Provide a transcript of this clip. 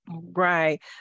Right